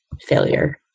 failure